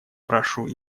прошу